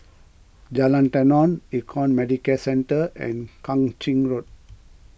Jalan Tenon Econ Medicare Centre and Kang Ching Road